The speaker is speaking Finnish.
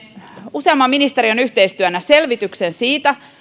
useamman ministeriön yhteistyönä selvityksen siitä